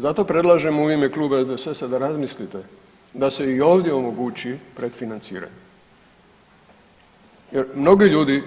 Zato predlažem u ime Kluba SDSS-a da razmislite da se i ovdje omogući predfinanciranje jer mnogi ljudi